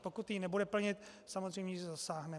Pokud ji nebude plnit, samozřejmě zasáhneme.